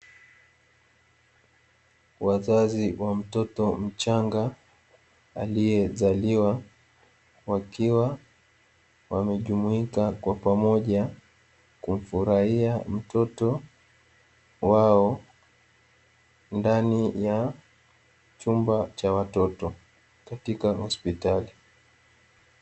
Wazazi wa mtoto mchanga aliyezaliwa, wakiwa wamejumuika kwa pamoja kumfurahia mtoto wao ndani ya chumba cha watoto katika hospitali.